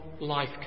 life